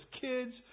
kids